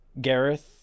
Gareth